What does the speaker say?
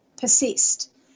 persist